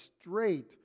straight